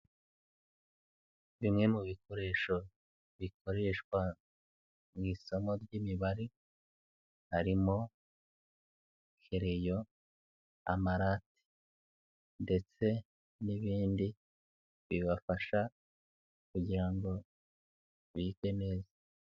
Bimwe mu bikoresho bikoreshwa mu isomo ry'Imibare harimo kerayo, amarate ndetse n'ibindi bibafasha kugira ngo bige neza.